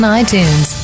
iTunes